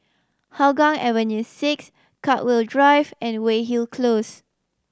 Hougang Avenue Six Chartwell Drive and Weyhill Close